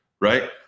right